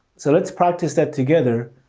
so let's practice that together.